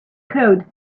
code